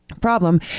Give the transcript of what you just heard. problem